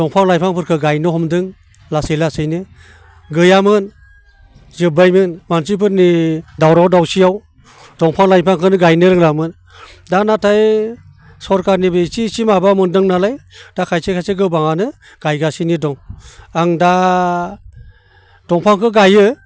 दंफां लाइफांफोरखौ गायनो हमदों लासै लासैनो गैयामोन जोबबायमोन मानसिफोरनि दावराव दावसियाव दंफां लाइफांखौनो गायनो रोङामोन दा नाथाय सोरखारनिबो इसे इसे माबा मोन्दों नालाय दा खायसे खायसे गोबांआनो गायगासिनो दं आं दा दंफांखौ गायो